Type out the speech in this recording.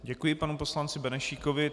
Děkuji panu poslanci Benešíkovi.